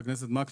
חבר הכנסת מקלב.